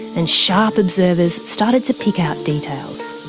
and sharp observers started to pick out details.